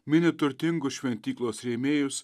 mini turtingus šventyklos rėmėjus